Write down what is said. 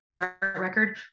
record